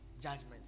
judgment